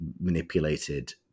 manipulated